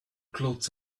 clothes